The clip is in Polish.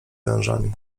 wężami